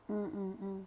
mm mm mm